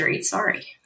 Sorry